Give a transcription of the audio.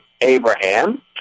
Abraham